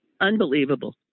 Unbelievable